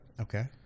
Okay